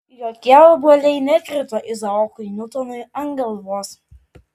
jokie obuoliai nekrito izaokui niutonui ant galvos